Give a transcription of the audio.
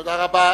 תודה רבה.